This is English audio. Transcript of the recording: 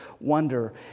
wonder